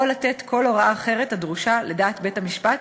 או לתת כל הוראה אחרת הדרושה לדעת בית-המשפט